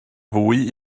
fwy